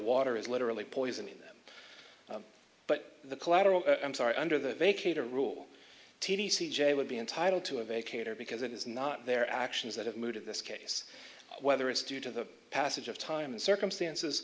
water is literally poisoning them but the collateral i'm sorry under the vacate a rule t v c j would be entitled to a vacate or because it is not their actions that have mooted this case whether it's due to the passage of time and circumstances